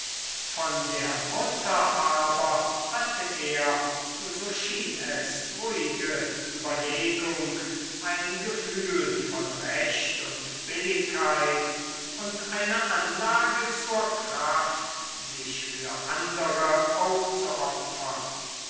von der mutter aber hatte er so schien es ruhige überlegung ein gefühl von recht und billigkeit und eine anlage zur kraft sich für andere aufzuopfern